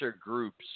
groups